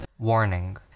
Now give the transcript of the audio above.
Warning